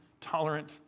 tolerant